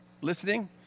listening